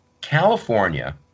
California